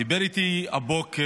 דיבר איתי הבוקר